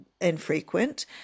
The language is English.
infrequent